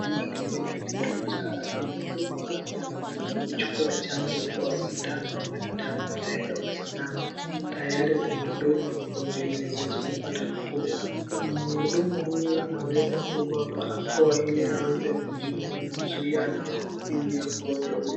Hapa ni kwenye kituo cha afya, mhudumu wa afya anaweza kuchukua chanjo kwa sindano ama ni dawa ameweka kwa sindano tayari kumdunga mgonjwa ili aweze kupata nafuu. Mhudumu huyu anaweza kuvaa barakoa ili aweze kujizuia na mambukizi ya mgonjwa huyo.